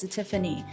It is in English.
Tiffany 。